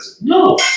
No